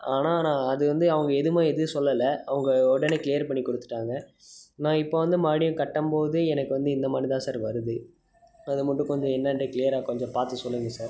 ஆனால் நான் அது வந்து அவங்க எதுவுமே இது சொல்லலை அவங்க உடனே க்ளியர் பண்ணி கொடுத்துட்டாங்க நான் இப்போ வந்து மறுபடியும் கட்டும் போது எனக்கு வந்து இந்த மாதிரி தான் சார் வருது அதுமட்டும் கொஞ்சம் என்னன்ட்டு க்ளியராக கொஞ்சம் பார்த்து சொல்லுங்கள் சார்